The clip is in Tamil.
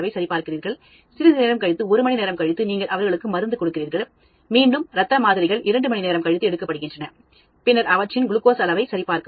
சிறிது நேரம் கழித்து ஒரு மணி நேரம் கழித்து நீங்கள் அவர்களுக்கு மருந்து கொடுக்கிறீர்கள் மீண்டும் இரத்த மாதிரிகள்இரண்டு மணி நேரம் கழித்து எடுக்கப்படுகிறது பின்னர் அவற்றின் குளுக்கோஸ் அளவை சரிபார்க்கவும்